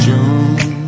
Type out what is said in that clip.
June